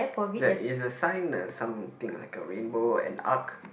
is like is the sign uh something like a rainbow or an arc